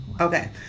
okay